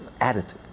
attitude